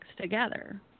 together